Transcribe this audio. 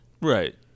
Right